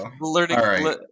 learning